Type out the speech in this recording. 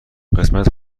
قسمت